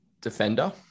defender